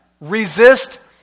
Resist